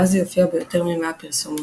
מאז היא הופיעה ביותר ממאה פרסומות.